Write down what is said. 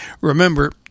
Remember